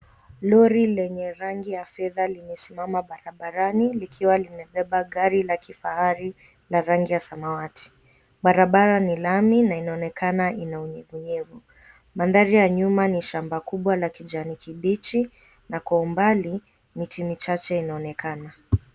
Lori lenye rangi ya fedha limesimama barabarani likiwa limebeba gari la kifahari la rangi ya samawati. Barabara ni lami na inaonekana ina unyevunyevu. Bandari ya nyuma ni shamba kubwa la kijani kibichi na kwa umbali miti michache inaonekana.